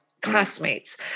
classmates